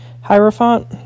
Hierophant